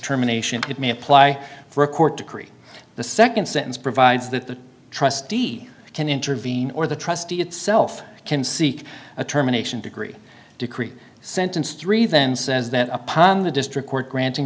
terminations it may apply for a court to create the nd sentence provides that the trustee can intervene or the trustee itself can seek a terminations agree decree sentence three then says that upon the district court granting